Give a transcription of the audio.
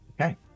Okay